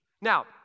Now